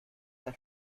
der